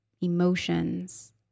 emotions